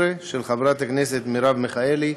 2016, של חברת הכנסת מרב מיכאלי,